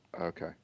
Okay